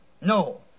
no